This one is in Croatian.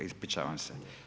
Ispričavam se.